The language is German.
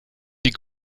die